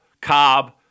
Cobb